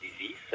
disease